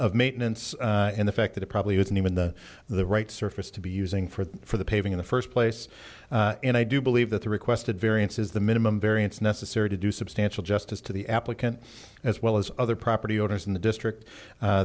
of maintenance and the fact that it probably isn't even the the right surface to be using for the paving in the first place and i do believe that the requested variance is the minimum variance necessary to do substantial justice to the applicant as well as other property owners in the district